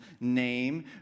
name